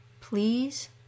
Please